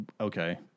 Okay